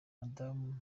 madamu